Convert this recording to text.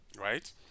right